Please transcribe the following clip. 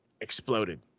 exploded